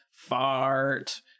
fart